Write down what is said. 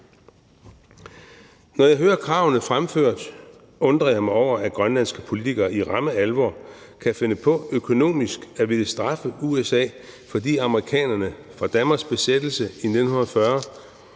Når jeg hører kravene fremført, undrer jeg mig over, at grønlandske politikere i ramme alvor kan finde på økonomisk at ville straffe USA, fordi amerikanerne fra Danmarks besættelse i 1940